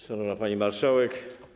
Szanowna Pani Marszałek!